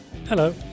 hello